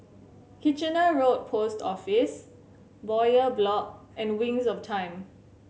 Kitchener Road Post Office Bowyer Block and Wings of Time